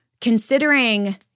considering